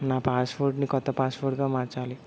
నా పాస్వర్డ్ని కొత్త పాస్వర్డ్గా మార్చాలి